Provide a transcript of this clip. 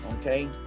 okay